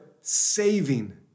saving